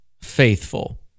faithful